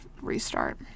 restart